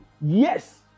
Yes